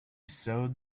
sewed